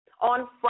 on